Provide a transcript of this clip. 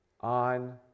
on